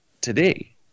today